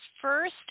first